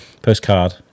postcard